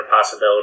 possibility